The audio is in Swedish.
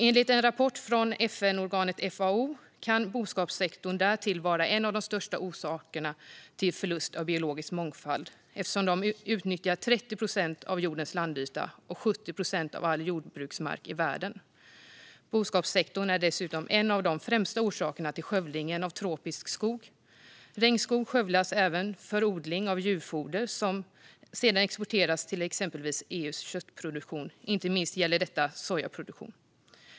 Enligt en rapport från FN-organet FAO kan boskapssektorn därtill vara en av de största orsakerna till förlusten av biologisk mångfald, eftersom den utnyttjar 30 procent av jordens landyta och 70 procent av all jordbruksmark i världen. Boskapssektorn är dessutom en av de främsta orsakerna till skövlingen av tropisk skog. Regnskog skövlas även för odling av djurfoder som sedan exporteras till exempelvis EU:s köttproduktion. Inte minst gäller detta sojaproduktion.